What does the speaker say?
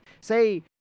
say